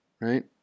right